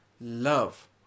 love